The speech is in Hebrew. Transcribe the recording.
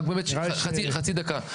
רק באמת, חצי דקה.